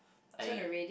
I